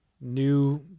new